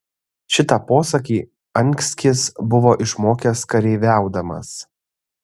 šitą posakį anskis buvo išmokęs kareiviaudamas